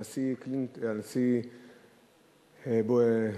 הנשיא, אובמה.